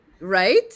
Right